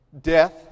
Death